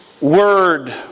Word